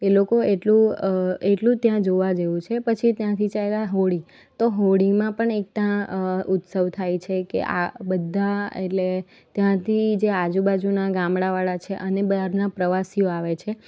એ લોકો એટલું એટલું ત્યાં જોવા જેવું છે પછી ત્યાંથી ચાલ્યા હોળી તો હોળીમાં પણ એકતા ઉત્સવ થાય છે કે આ બધા એટલે ત્યાંથી જે આજુબાજુના ગામડાવાળા છે અને બારના પ્રવાસીઓ આવે છે